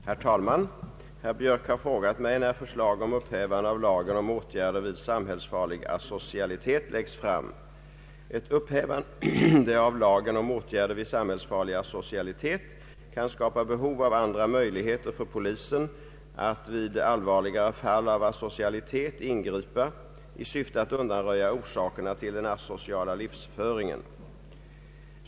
Herr talman! Herr Björk har frågat mig när förslag om upphävande av lagen om åtgärder vid samhällsfarlig asocialitet läggs fram. Ett upphävande av lagen om åtgärder vid sambhällsfarlig asocialitet kan skapa behov av andra möjligheter för polisen att vid allvarligare fall av asocialitet ingripa i syfte att undanröja orsakerna till den asociala livsföringen.